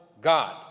God